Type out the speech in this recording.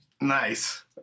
Nice